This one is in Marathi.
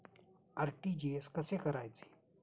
आर.टी.जी.एस कसे करायचे?